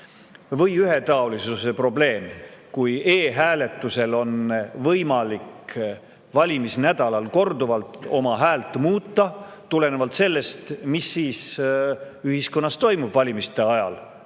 ühetaolisuse probleem, kui e-hääletusel on võimalik valimisnädalal korduvalt oma häält muuta tulenevalt sellest, mis ühiskonnas toimub valimiste ajal,